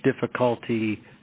difficulty